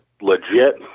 legit